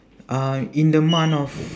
uh in the month of